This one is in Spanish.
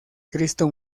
cristo